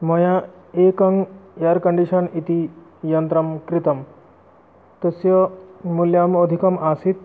मया एकम् air condition इति यन्त्रं क्रीतं तस्य मूल्यमधिकम् आसीत्